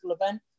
event